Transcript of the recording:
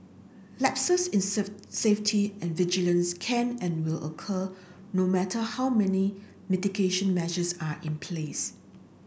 lapses in safe safety and vigilance can and will occur no matter how many mitigation measures are in place